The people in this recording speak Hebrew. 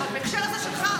אבל בהקשר הזה שלך,